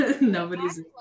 nobody's